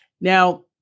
Now